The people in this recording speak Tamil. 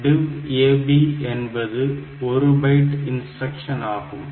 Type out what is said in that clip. DIV AB என்பது 1 பைட் இன்ஸ்டிரக்ஷன் ஆகும்